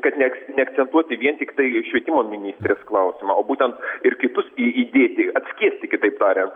kad neak neakcentuoti vien tiktai švietimo ministrės klausimo o būtent ir kitus įdėti atskiesti kitaip tariant